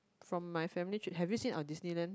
from my family trip have you seen our Disneyland